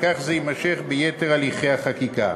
וכך זה יימשך ביתר הליכי החקיקה.